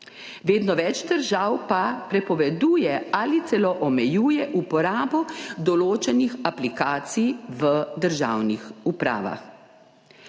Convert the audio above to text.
Vedno več držav pa prepoveduje ali celo omejuje uporabo določenih aplikacij v državnih upravah.